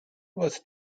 was